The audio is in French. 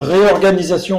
réorganisations